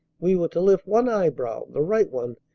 we were to lift one eyebrow, the right one,